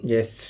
Yes